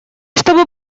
чтобы